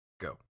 go